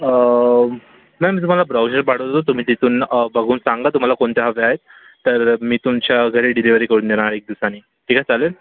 अं नाय मी तुम्हाला ब्राऊचर पाठवतो तुम्ही तिथून अ बघून सांगा तुम्हाला कोणत्या हव्या आहेत तर मी तुमच्या घरी डिलिव्हरी करून देणार एक दिवसानी ठीकए चालेल